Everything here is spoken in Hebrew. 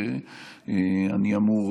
שאני אמור,